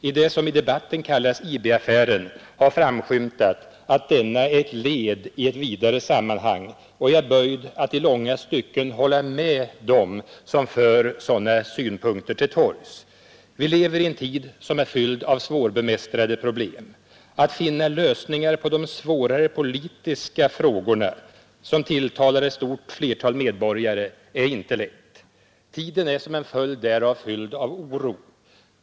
I det som i debatten kallas IB-affären har framskymtat att denna är ett led i ett vidare sammanhang, och jag är böjd att i långa stycken hålla med dem som för sådana synpunkter till torgs. Vi lever i en tid som är fylld av svårbemästrade problem. Det är inte lätt att på de svårare politiska frågorna finna lösningar som tilltalar ett stort flertal medborgare. Tiden är som en följd därav fylld av oro.